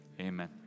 Amen